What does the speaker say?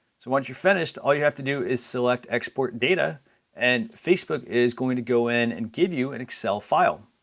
so once you're finished all you have to do is select export data and facebook is going to go in and give you an excel file.